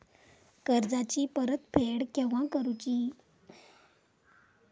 कर्जाची परत फेड केव्हा करुची?